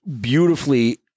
beautifully